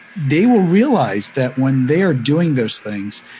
they will realize that, when they are doing those things,